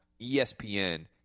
ESPN